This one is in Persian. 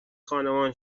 خانمان